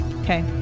Okay